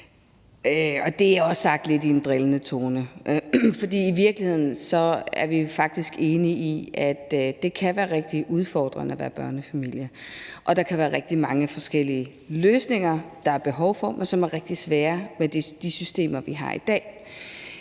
Det er også sagt lidt i en drillende tone, for i virkeligheden er vi faktisk enige i, at det kan være rigtig udfordrende at være børnefamilie, og der kan være rigtig mange forskellige løsninger, der er behov for, men som er rigtig svære med de systemer, vi har i dag.